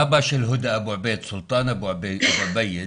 אבא של הודא, סולטן אבו עבייד